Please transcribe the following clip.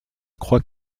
croix